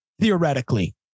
theoretically